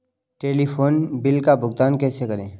Telephone bill का भुगतान कैसे करें?